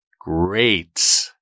Great